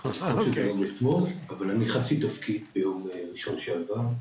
לא מאתמול, אבל אני נכנסתי לתפקיד ביום א' שעבר.